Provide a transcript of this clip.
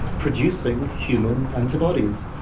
producing human antibodies.